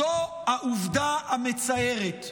זאת העובדה המצערת.